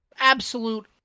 absolute